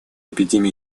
эпидемии